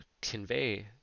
convey